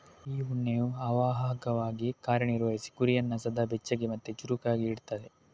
ಈ ಉಣ್ಣೆಯು ಅವಾಹಕವಾಗಿ ಕಾರ್ಯ ನಿರ್ವಹಿಸಿ ಕುರಿಯನ್ನ ಸದಾ ಬೆಚ್ಚಗೆ ಮತ್ತೆ ಚುರುಕಾಗಿ ಇಡ್ತದೆ